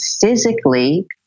physically